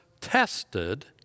tested